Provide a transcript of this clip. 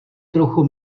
trochu